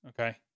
Okay